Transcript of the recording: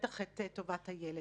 ובטח את טובת הילד.